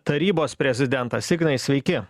tarybos prezidentas ignai sveiki